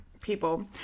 people